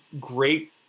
great